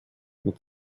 mit